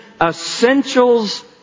essentials